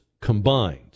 combined